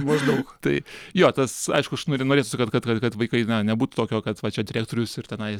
maždaug tai jo tas aišku aš nori norėtųsi kad kad kad vaikai nebūtų tokio kad va čia direktorius ir tenais